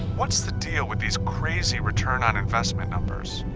what's the deal with these crazy return-on-investment numbers?